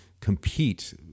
compete